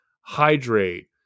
hydrate